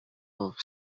болуп